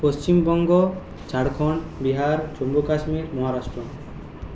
Paschimbanga Jharkhand Bihar Jammu Kashmir Maharashtra